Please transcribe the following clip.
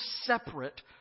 separate